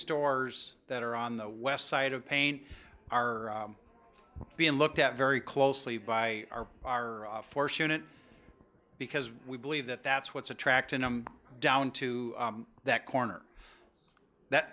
stores that are on the west side of pain are being looked at very closely by are fortunate because we believe that that's what's attracting them down to that corner that